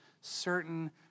certain